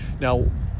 Now